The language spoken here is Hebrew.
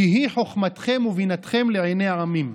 "כי היא חכמתכם ובינתכם לעיני העמים".